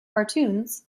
cartoons